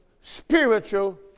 spiritual